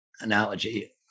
analogy